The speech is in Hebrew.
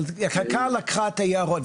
אבל חלקה לקחה את היערות,